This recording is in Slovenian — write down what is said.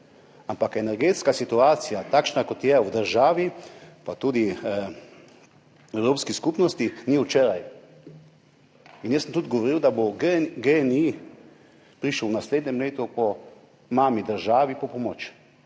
ampak energetska situacija, takšna, kot je v državi pa tudi v Evropski skupnosti, ni od včeraj. Jaz sem tudi govoril, da bo GEN-I prišel v naslednjem letu k mami državi po pomoč,